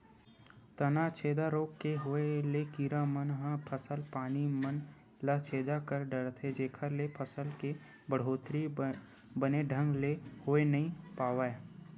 तनाछेदा रोग के होय ले कीरा मन ह फसल पानी मन ल छेदा कर डरथे जेखर ले फसल के बड़होत्तरी बने ढंग ले होय नइ पावय